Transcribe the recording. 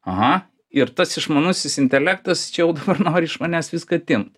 aha ir tas išmanusis intelektas čia jau dabar nori iš manęs viską atimt